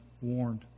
warned